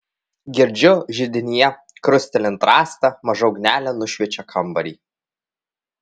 girdžiu židinyje krustelint rastą maža ugnelė nušviečia kambarį